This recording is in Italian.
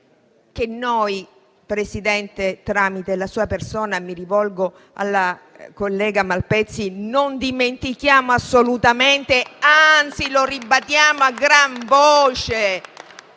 noi - Presidente, tramite la sua persona mi rivolgo alla collega Malpezzi - non dimentichiamo assolutamente; anzi, ribadiamo a gran voce